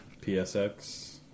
PSX